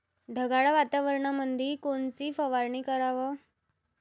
ढगाळ वातावरणामंदी कोनची फवारनी कराव?